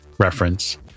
reference